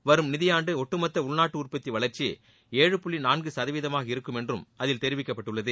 வரும் நிதியாண்டு ஒட்டுமொத்த உள்நாட்டு உற்பத்தி வளர்ச்சி ஏழு புள்ளி நான்கு சதவீதமாக இருக்கும் என்றும் அதில் தெரிவிக்கப்பட்டுள்ளது